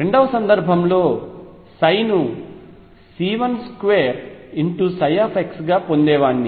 రెండవ సందర్భంలో ను C12ψ గా పొందేవాన్ని